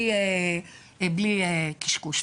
בלי קשקוש.